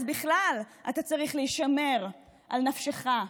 אז בכלל אתה צריך להישמר על נפשך.